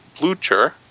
Blucher